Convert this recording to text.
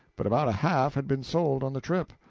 but about half had been sold on the trip.